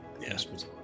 yes